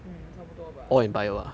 mm 差不多吧